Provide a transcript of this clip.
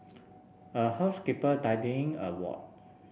a housekeeper tidying a ward